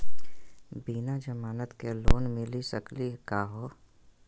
बिना जमानत के लोन मिली सकली का हो?